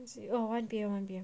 oh one P_M one P_M